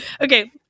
Okay